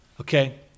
Okay